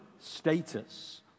status